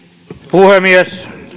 puhemies